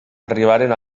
arribaren